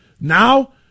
Now